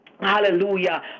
Hallelujah